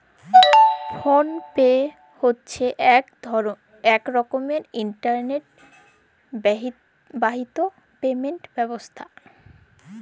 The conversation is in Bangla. ফোল পে হছে ইক রকমের ইলটারলেট বাহিত পেমেলট ব্যবস্থা